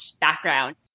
background